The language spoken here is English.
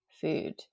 food